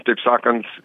taip sakant